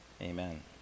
Amen